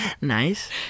nice